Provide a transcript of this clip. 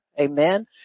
amen